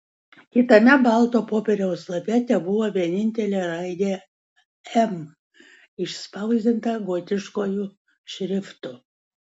kitame balto popieriaus lape tebuvo vienintelė raidė m išspausdinta gotiškuoju šriftu